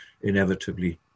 inevitably